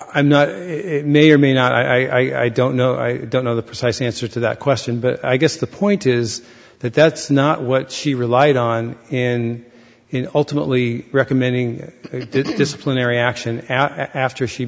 know it may or may not i don't know i don't know the precise answer to that question but i guess the point is that that's not what she relied on in ultimately recommending disciplinary action after she